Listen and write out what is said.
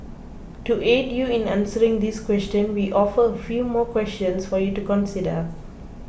to aid you in answering this question we offer a few more questions for you to consider